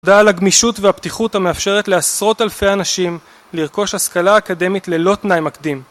תודה על הגמישות והפתיחות המאפשרת לעשרות אלפי אנשים לרכוש השכלה אקדמית ללא תנאי מקדים